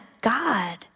God